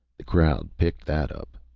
the crowd picked that up.